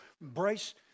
embrace